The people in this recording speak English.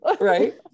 Right